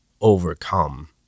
overcome